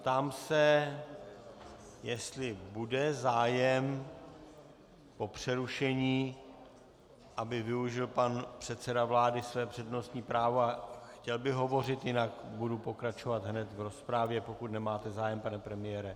Ptám se, jestli bude zájem po přerušení, aby využil pan předseda vlády své přednostní právo a chtěl by hovořit, jinak budu pokračovat hned v rozpravě, pokud nemáte zájem, pane premiére.